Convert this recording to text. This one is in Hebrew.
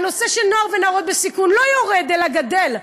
ההיקף של הנוער והנערות בסיכון לא יורד, אלא גדל.